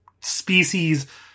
species